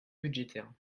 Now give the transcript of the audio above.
budgétaire